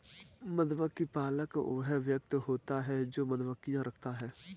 मधुमक्खी पालक वह व्यक्ति होता है जो मधुमक्खियां रखता है